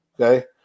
Okay